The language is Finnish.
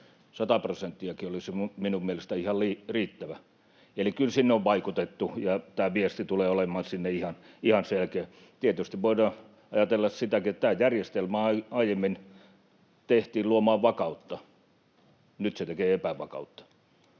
100 prosenttiakin olisi minun mielestäni ihan riittävä. Eli kyllä sinne on vaikutettu, ja tämä viesti tulee olemaan sinne ihan selkeä. Tietysti voidaan ajatella sitäkin, että tämä järjestelmä aiemmin tehtiin luomaan vakautta — nyt se tekee epävakautta.